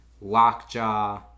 Lockjaw